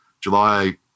July